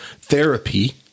therapy